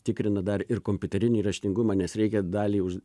tikrina dar ir kompiuterinį raštingumą nes reikia dalį už